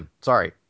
Sorry